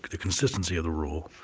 the consistency of the rule,